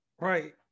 Right